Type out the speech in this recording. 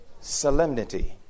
solemnity